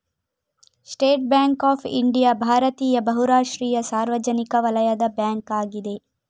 state Bank of India ಭಾರತೀಯ ಬಹು ರಾಷ್ಟ್ರೀಯ ಸಾರ್ವಜನಿಕ ವಲಯದ ಬ್ಯಾಂಕ್ ಅಗಿದೆ